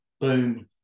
Boom